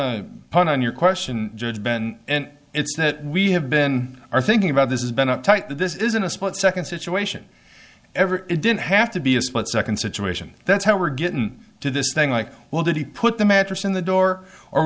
to put on your question judge ben and it's that we have been are thinking about this is been a tight this isn't a split second situation ever it didn't have to be a split second situation that's how we're getting to this thing like well did he put the mattress in the door or